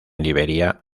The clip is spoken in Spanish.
liberia